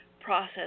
process